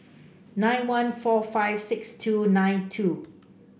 nine one four five six two nine two